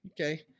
Okay